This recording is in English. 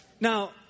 Now